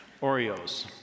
Oreos